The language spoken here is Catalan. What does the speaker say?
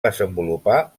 desenvolupar